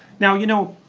now you know,